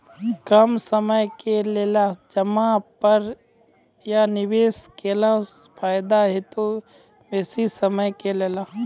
कम समय के लेल जमा या निवेश केलासॅ फायदा हेते या बेसी समय के लेल?